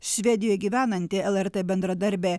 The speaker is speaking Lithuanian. švedijoj gyvenanti lrt bendradarbė